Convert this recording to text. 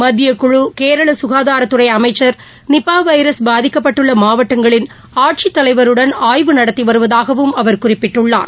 மத்திய கேரளசுகாதாரத்துறைஅமைச்சர் மேலும் நிபாவைரஸ் பாதிக்கப்பட்டுள்ளமாவட்டங்களின் ஆட்சிதலைவருடன் ஆய்வு நடத்திவருவதாகவும் அவர் குறிப்பிட்டுள்ளார்